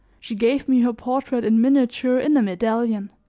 she gave me her portrait in miniature in a medallion